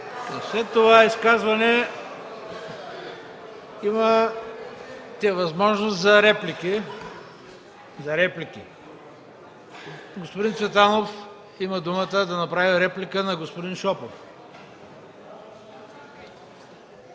След това изказване имате възможност за реплики. Господин Цветанов има думата да направи реплика на господин Шопов.